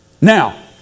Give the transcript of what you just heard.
Now